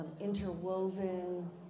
interwoven